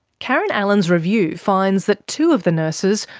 karen allen's review finds that two of the nurses,